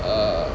err